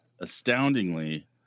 astoundingly